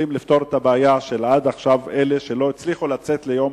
לפתור את הבעיה של אלה שעד עכשיו לא הצליחו לצאת ליום